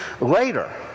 later